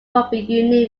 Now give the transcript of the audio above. rugby